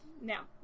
Now